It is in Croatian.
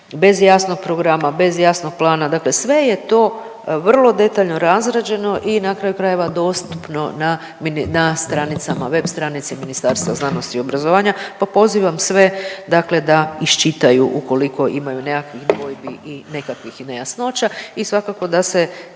bez jasnog programa, bez jasnog plana. Dakle sve je to vrlo detaljno razrađeno i na kraju krajeva dostupno na, na stranicama web stranici Ministarstva znanosti i obrazovanja pa pozivam sve dakle da iščitaju ukoliko imaju nekakvih dvojbi i nekakvih nejasnoća i svakako da se